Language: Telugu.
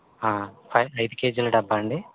ఐదు కేజీల డబ్బా అండి